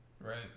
Right